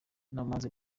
namaze